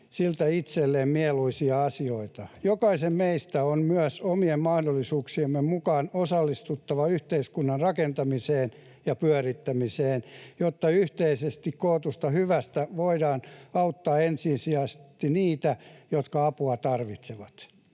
siltä itselleen mieluisia asioita. Jokaisen meistä on myös omien mahdollisuuksiemme mukaan osallistuttava yhteiskunnan rakentamiseen ja pyörittämiseen, jotta yhteisesti kootusta hyvästä voidaan auttaa ensisijaisesti niitä, jotka apua tarvitsevat.